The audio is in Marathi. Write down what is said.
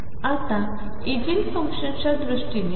आताइगेनफंक्शन्सच्यादृष्टीने